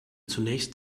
zunächst